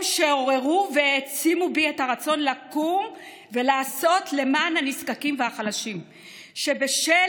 הם שעוררו והעצימו בי את הרצון לקום ולעשות למען הנזקקים והחלשים שבשל